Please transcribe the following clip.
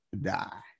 die